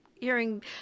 Hearing